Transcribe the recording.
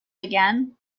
again